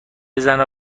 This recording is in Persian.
زنه